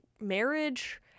marriage